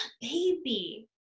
baby